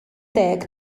deg